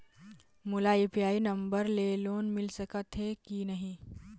मोला UPI number ले loan मिल सकथे कि नहीं?